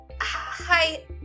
Hi